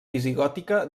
visigòtica